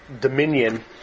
dominion